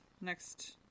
next